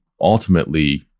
Ultimately